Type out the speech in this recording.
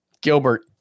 Gilbert